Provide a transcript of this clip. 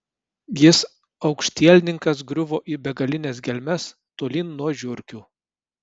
jis aukštielninkas griuvo į begalines gelmes tolyn nuo žiurkių